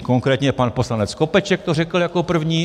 Konkrétně pan poslanec Skopeček to řekl jako první.